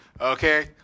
okay